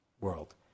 world